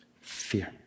Fear